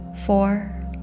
Four